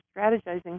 strategizing